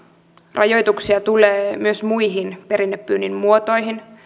rajoituksia tulee myös muihin perinnepyynnin muotoihin